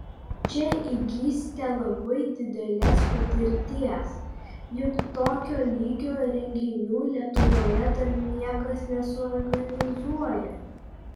čia įgysite labai didelės patirties juk tokio lygio renginių lietuvoje dar niekas nesuorganizuoja